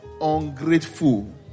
ungrateful